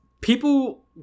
People